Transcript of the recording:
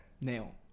Neon